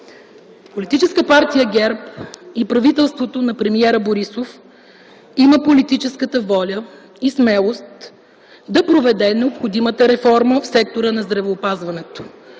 Политическа партия ГЕРБ и правителството на премиера Борисов има политическата воля и смелост да проведе необходимата реформа в сектора на здравеопазването.